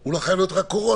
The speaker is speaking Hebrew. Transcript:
הוא לא חייב להיות רק קורונה.